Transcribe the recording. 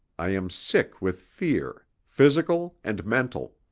i am sick with fear, physical and mental.